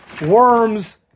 worms